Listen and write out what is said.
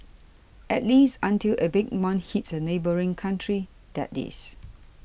at least until a big one hits a neighbouring country that is